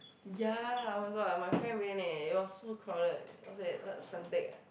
ya oh-my-god my friend went eh it was so crowded it was at what Suntec ah